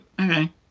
Okay